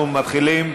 אנחנו מתחילים